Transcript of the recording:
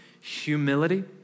Humility